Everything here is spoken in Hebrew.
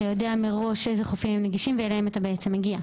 יודע מראש איזה חופים הם נגישים ואליהם אתה בעצם מגיע?